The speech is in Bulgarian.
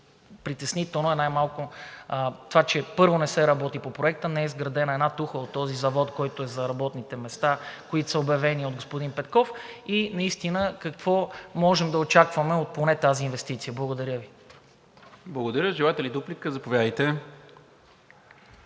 Притеснително е най малко това, че първо не се работи по проекта, не е изградена една тухла от този завод, който е за работните места, обявени от господин Петков. Наистина, какво поне можем да очакваме от тези инвестиции? Благодаря Ви. ПРЕДСЕДАТЕЛ НИКОЛА МИНЧЕВ: Благодаря. Желаете ли дуплика? Заповядайте.